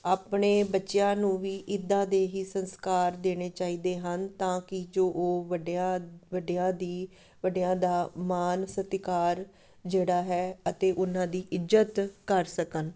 ਆਪਣੇ ਬੱਚਿਆਂ ਨੂੰ ਵੀ ਇੱਦਾਂ ਦੇ ਹੀ ਸੰਸਕਾਰ ਦੇਣੇ ਚਾਹੀਦੇ ਹਨ ਤਾਂ ਕਿ ਜੋ ਉਹ ਵੱਡਿਆਂ ਵੱਡਿਆਂ ਦੀ ਵੱਡਿਆਂ ਦਾ ਮਾਨ ਸਤਿਕਾਰ ਜਿਹੜਾ ਹੈ ਅਤੇ ਉਹਨਾਂ ਦੀ ਇੱਜਤ ਕਰ ਸਕਣ